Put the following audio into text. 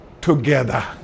together